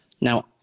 now